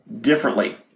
differently